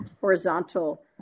horizontal